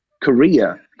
korea